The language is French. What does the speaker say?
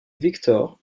victor